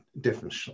different